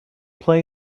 play